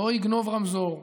לא יגנוב רמזור.